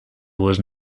was